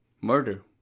Murder